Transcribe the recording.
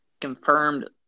confirmed